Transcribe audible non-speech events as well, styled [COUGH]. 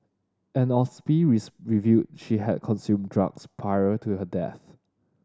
an autopsy [UNINTELLIGIBLE] revealed she had consumed drugs prior to her death